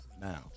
Now